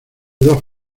dos